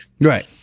right